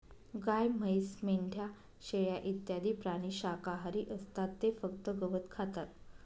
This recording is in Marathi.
गाय, म्हैस, मेंढ्या, शेळ्या इत्यादी प्राणी शाकाहारी असतात ते फक्त गवत खातात